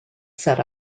set